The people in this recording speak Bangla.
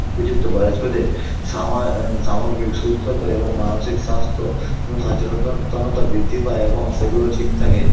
উপযুক্ত বয়স্কদের সামা সামগ্রিক সুস্থতা এবং মানসিক স্বাস্থ্য সচেতনতা বৃদ্ধি পায় এবং সেগুলো ঠিক থাকে